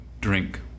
drink